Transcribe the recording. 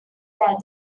that